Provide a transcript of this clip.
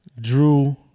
Drew